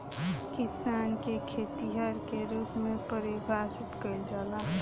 किसान के खेतिहर के रूप में परिभासित कईला जाला